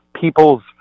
People's